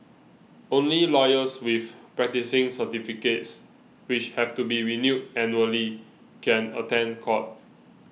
only lawyers with practising certificates which have to be renewed annually can attend court